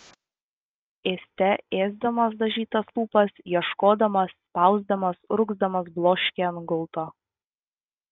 ėste ėsdamas dažytas lūpas ieškodamas spausdamas urgzdamas bloškė ant gulto